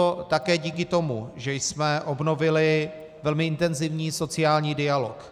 Je to také díky tomu, že jsme obnovili velmi intenzivní sociální dialog.